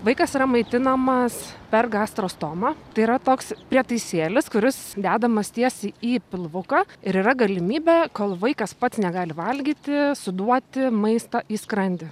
vaikas yra maitinamas per gastrostomą tai yra toks prietaisėlis kuris dedamas tiesiai į pilvuką ir yra galimybė kol vaikas pats negali valgyti suduoti maistą į skrandį